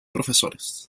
profesores